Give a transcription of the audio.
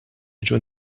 jiġu